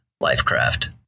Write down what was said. Lifecraft